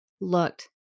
looked